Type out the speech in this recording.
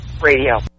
radio